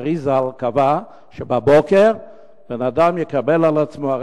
האר"י ז"ל קבע שבבוקר בן-אדם יקבל על עצמו: